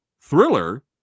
thriller